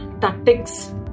tactics